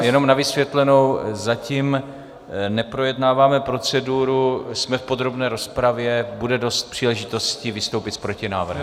Jenom na vysvětlenou, zatím neprojednáváme proceduru, jsme v podrobné rozpravě, bude dost příležitostí vystoupit s protinávrhem.